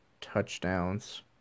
touchdowns